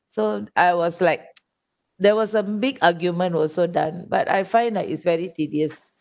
so I was like there was a big argument also done but I find like it's very serious